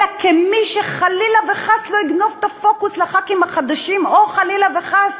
אלא מי שחלילה וחס לא יגנוב את הפוקוס לחברי הכנסת החדשים או חלילה וחס